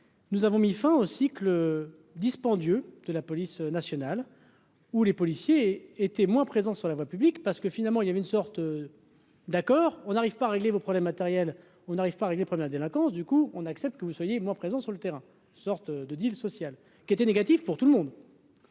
nous avons mis fin au cycle dispendieux de la police nationale, où les policiers étaient moins présents sur la voie publique, parce que finalement il y avait une sorte. D'accord, on n'arrive pas à régler vos problèmes matériels, on n'arrive pas à régler pour la délinquance du coup on accepte que vous soyez moins présent sur le terrain, sorte de deal social qui était négatif pour tout le monde,